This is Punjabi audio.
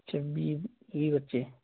ਅੱਛਾ ਵੀਹ ਵੀਹ ਬੱਚੇ